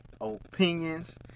opinions